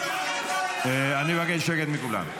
--- אני מבקש שקט מכולם.